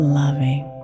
loving